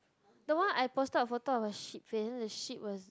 the one I posted a photo of a shit face then the shit was